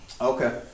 Okay